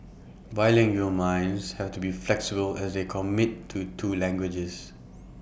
bilingual minds have to be flexible as they commit to two languages